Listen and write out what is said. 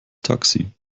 taxi